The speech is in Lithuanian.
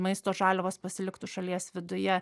maisto žaliavos pasiliktų šalies viduje